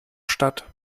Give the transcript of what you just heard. statt